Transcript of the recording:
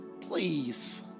Please